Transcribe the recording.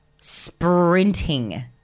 sprinting